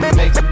make